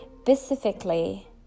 specifically